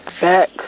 back